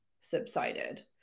subsided